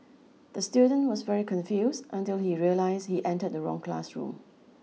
the student was very confused until he realise he entered the wrong classroom